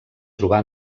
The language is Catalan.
trobà